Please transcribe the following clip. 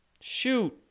shoot